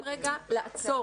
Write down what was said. אנחנו צריכים רגע לעצור.